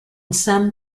some